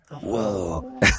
Whoa